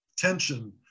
Tension